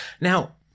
Now